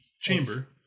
chamber